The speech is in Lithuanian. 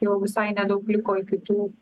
jau visai nedaug liko iki tų